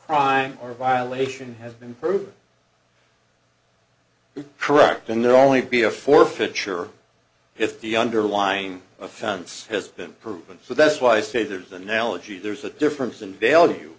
crime or violation has been proved correct and there are only be a forfeiture if the underlying offense has been proven so that's why i say there's an analogy there's a difference in value